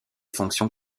fonctions